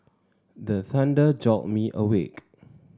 the thunder jolt me awake